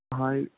ਹਾਂਜੀ